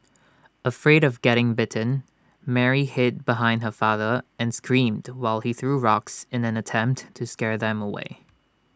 afraid of getting bitten Mary hid behind her father and screamed while he threw rocks in an attempt to scare them away